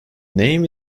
name